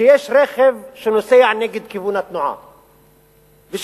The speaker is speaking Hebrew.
שיש רכב שנוסע נגד כיוון התנועה ושייזהר,